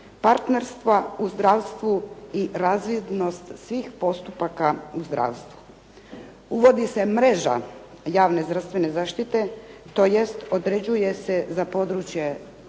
partnerstva u zdravstvu i razvidnost svih postupaka u zdravstvu. Uvodi se mreža javne zdravstvene zaštite tj. određuje se za područje kompletno